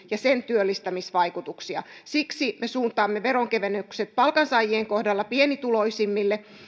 ja sen työllistämisvaikutuksia sieltä sisältä käsin siksi me suuntaamme veronkevennykset palkansaajien kohdalla pienituloisimmille